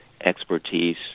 expertise